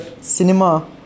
cinema